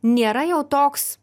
nėra jau toks